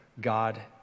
God